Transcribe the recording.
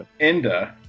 Enda